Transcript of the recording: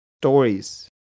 stories